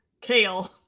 Kale